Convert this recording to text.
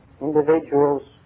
individuals